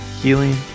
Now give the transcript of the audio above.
healing